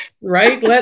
right